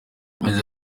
yagize